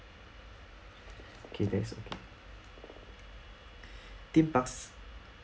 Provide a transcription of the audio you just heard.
okay that's okay theme parks